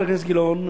חבר הכנסת גילאון,